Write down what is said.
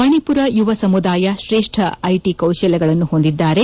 ಮಣಿಪುರ ಯುವ ಸಮುದಾಯ ಶ್ರೇಷ್ಠ ಐಟಿ ಕೌಶಲ್ಯಗಳನ್ನು ಹೊಂದಿದ್ದಾರೆ